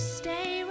stay